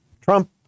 Trump